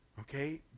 Okay